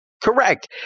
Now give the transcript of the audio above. Correct